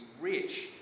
rich